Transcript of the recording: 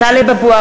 (קוראת בשמות חברי הכנסת) טלב אבו עראר,